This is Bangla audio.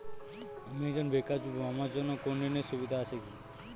আমি একজন বেকার যুবক আমার জন্য কোন ঋণের সুবিধা আছে কি?